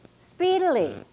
speedily